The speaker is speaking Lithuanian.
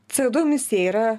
ce o du emisija yra